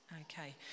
Okay